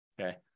okay